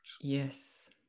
Yes